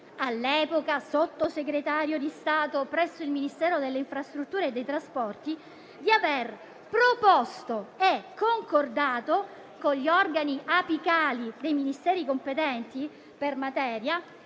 all'epoca sottosegretario di Stato presso il Ministero delle infrastrutture e dei trasporti - di aver proposto e concordato, con gli organi apicali dei Ministeri competenti per materia,